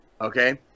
Okay